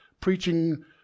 preaching